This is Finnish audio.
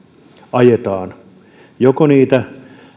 ajetaan niitä